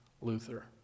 Luther